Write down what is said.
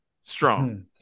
Strong